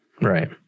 Right